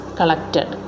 collected